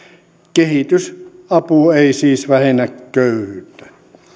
kehitysapu ei siis vähennä köyhyyttä